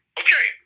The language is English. okay